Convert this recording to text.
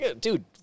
Dude